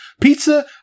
Pizza